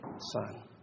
son